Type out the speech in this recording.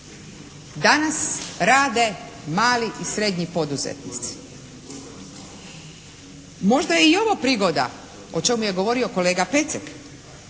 danas rade mali i srednji poduzetnici? Možda je i ovo prigoda o čemu je govorio kolega Pecek